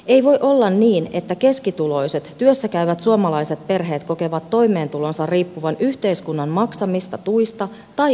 ei voi olla niin että keskituloiset työssäkäyvät suomalaiset perheet kokevat toimeentulonsa riippuvan yhteiskunnan maksamista tuista tai etuuksista